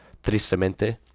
tristemente